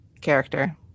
character